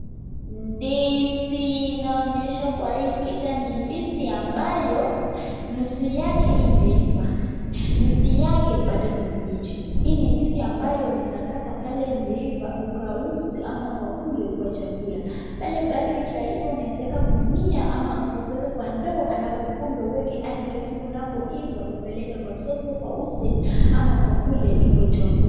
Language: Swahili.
Ndizi inayoonyeshwa kwa hii picha ni ndizi ambayo nusu yake imeiva, nusu yake bado ni mbichi. Hii ni ndizi ambayo unaeza kata pale imeiva ukauze ama ukakule kwa chakula. Pale bado haijaiva unaweza weka gunia ama kuweka kwa ndoo alafu ufunge uweke hadi ile siku inapoiva upeleke kwa soko ukauze ama ukakule ikue chakula.